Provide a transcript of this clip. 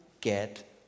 get